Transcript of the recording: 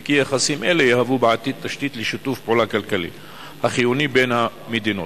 וכי יחסים אלה יהוו בעתיד תשתית לשיתוף פעולה כלכלי החיוני בין המדינות,